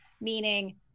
meaning